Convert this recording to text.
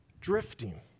drifting